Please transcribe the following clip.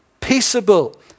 peaceable